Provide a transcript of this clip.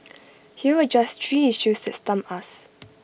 here are just three issues that stump us